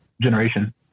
generation